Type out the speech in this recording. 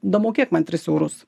damokėk man tris eurus